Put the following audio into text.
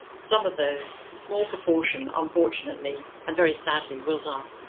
some of those, a small proportion, unfortunately and very sadly will die.